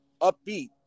upbeat